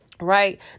Right